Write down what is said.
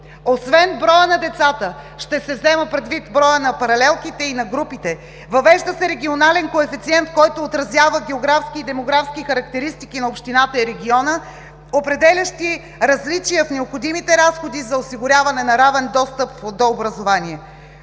Освен броя на децата, ще се взема предвид броят на паралелките и на групите, въвежда се регионален коефициент, който отразява географски и демографски характеристики на общината и на региона, определящи различия в необходимите разходи за осигуряване на равен достъп в отдел „Образование“.